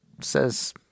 says